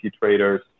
traders